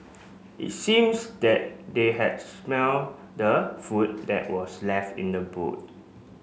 it seems that they had smelt the food that was left in the boot